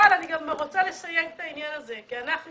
אבל אני גם רוצה לסייג את העניין הזה כי אנחנו